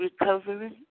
recovery